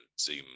zoom